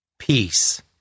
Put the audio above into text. peace